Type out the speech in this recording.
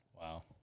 Wow